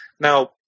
now